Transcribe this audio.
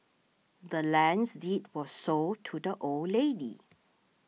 the land's deed was sold to the old lady